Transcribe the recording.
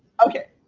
okay.